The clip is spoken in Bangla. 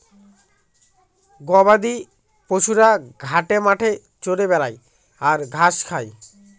গবাদি পশুরা ঘাটে মাঠে চরে বেড়ায় আর ঘাস খায়